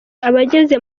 abageze